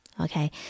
okay